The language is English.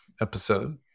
episode